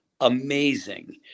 amazing